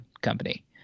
Company